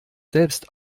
selbst